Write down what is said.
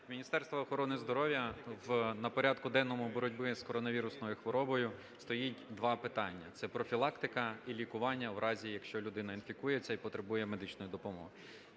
У Міністерстві охорони здоров'я на порядку денному в боротьбі з коронавірусною хворобою стоїть два питання – це профілактика і лікування в разі, якщо людина інфікується і потребує медичної допомоги.